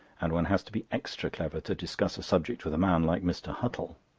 and one has to be extra clever to discuss a subject with a man like mr. huttle.